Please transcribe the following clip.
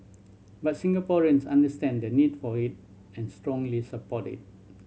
but Singaporeans understand the need for it and strongly support it